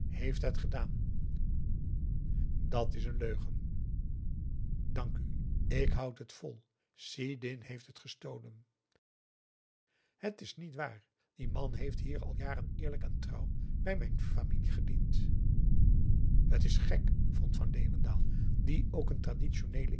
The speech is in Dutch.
heeft het gedaan dat is een leugen dank u ik houd het vol sidin heeft t gestolen het is niet waar die man heeft hier al jaren eerlijk en trouw bij mijn familie gediend t is gek vond van leeuwendaal die ook een traditioneelen